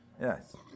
Yes